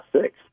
six